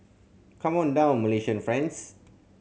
come on down Malaysian friends